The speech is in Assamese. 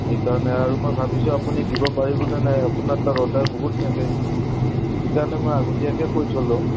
সেইকাৰণে আৰু মই ভাবিছোঁ আপুনি দিব পাৰিবনে নাই আপোনাৰ তাত অৰ্ডাৰ বহুত থাকে সেইকাৰণে মই আগতীয়াকে কৈ থ'লোঁ